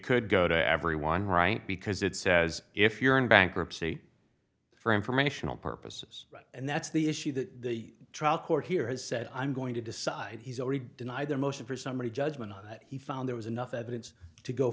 could go to everyone right because it says if you're in bankruptcy for informational purposes and that's the issue that the trial court here has said i'm going to decide he's already denied the motion for summary judgment he found there was enough evidence to go